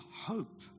hope